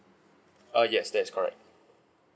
uh yes that's correct